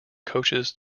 coaches